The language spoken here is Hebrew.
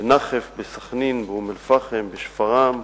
בנחף, בסח'נין, באום-אל-פחם, בשפרעם,